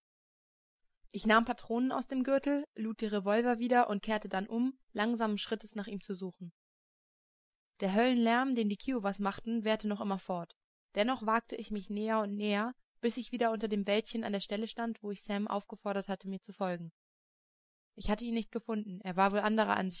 ich nahm patronen aus dem gürtel lud die revolver wieder und kehrte dann um langsamen schrittes nach ihm zu suchen der höllenlärm den die kiowas machten währte noch immer fort dennoch wagte ich mich näher und näher bis ich wieder unter dem wäldchen an der stelle stand wo ich sam aufgefordert hatte mir zu folgen ich hatte ihn nicht gefunden er war wohl anderer